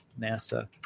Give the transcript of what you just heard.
NASA